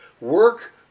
work